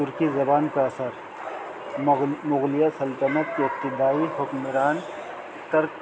ترکی زبان کا اثر مغ مغلیہ سلطنت کی ابتدائی حکمران تر